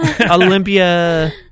olympia